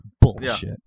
Bullshit